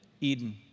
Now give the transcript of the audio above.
Eden